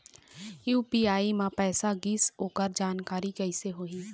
UPI म पैसा गिस ओकर जानकारी कइसे होही?